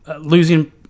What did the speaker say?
losing